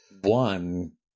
one